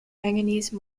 manganese